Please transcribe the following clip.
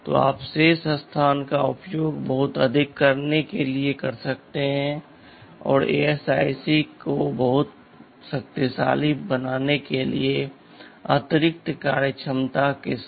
तो आप शेष स्थान का उपयोग बहुत अधिक करने के लिए कर सकते हैं और ASIC को बहुत शक्तिशाली बनाने के लिए अतिरिक्त कार्यक्षमता के साथ